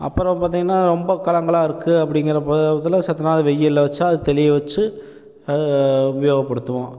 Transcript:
அப்புறம் பார்த்திங்கன்னா ரொம்ப கலங்களாக இருக்குது அப்படிங்கிறப்ப செத்த நேரம் வெயிலில் வச்சால் அது தெளிய வச்சு உபயோகப்படுத்துவோம்